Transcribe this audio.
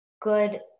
good